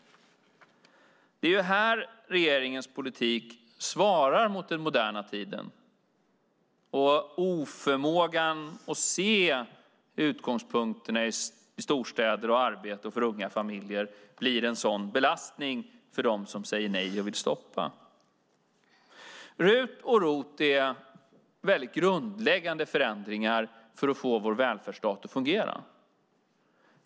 Det är här som regeringens politik svarar mot den moderna tiden. Oförmågan att se utgångspunkterna i storstäder och arbete för unga familjer blir en sådan belastning för dem som säger nej och vill stoppa detta. RUT och ROT-avdragen är mycket grundläggande förändringar för att få vår välfärdsstat att fungera.